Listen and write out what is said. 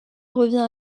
revient